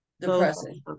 Depressing